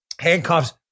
Handcuffs